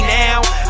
now